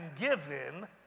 given